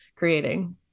creating